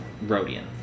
Rodian